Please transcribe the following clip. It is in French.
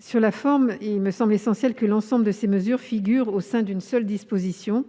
Sur la forme, il me semble essentiel que l'ensemble de ces mesures soient réunies dans une seule disposition :